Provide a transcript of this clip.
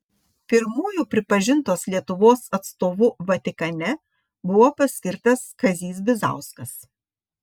pirmuoju pripažintos lietuvos atstovu vatikane buvo paskirtas kazys bizauskas